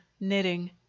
knitting